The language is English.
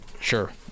sure